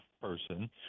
person